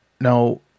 Now